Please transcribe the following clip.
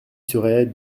serait